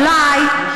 אולי,